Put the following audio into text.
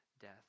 death